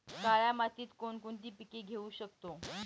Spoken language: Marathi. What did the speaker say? काळ्या मातीत कोणकोणती पिके घेऊ शकतो?